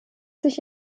sich